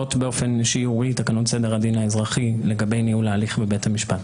חלות באופן שיורי תקנות סדר הדין האזרחי לגבי ניהול ההליך בבית המשפט.